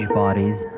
bodies